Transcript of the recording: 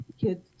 kids